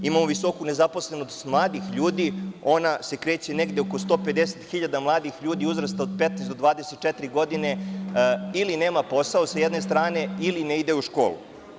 Imamo visoku nezaposlenost mladih ljudi, ona se kreće negde oko 150.000 mladih ljudi, uzrasta od 15 do 24 godine, ili nema posao sa jedne strane, ili ne ide u školu.